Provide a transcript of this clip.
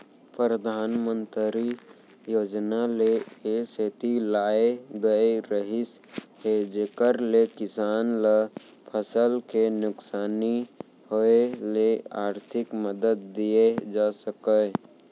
परधानमंतरी योजना ल ए सेती लाए गए रहिस हे जेकर ले किसान ल फसल के नुकसानी होय ले आरथिक मदद दिये जा सकय